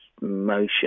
motion